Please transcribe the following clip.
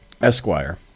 Esquire